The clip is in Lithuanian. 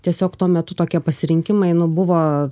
tiesiog tuo metu tokie pasirinkimai nu buvo